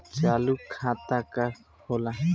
चालू खाता का होला?